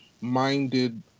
minded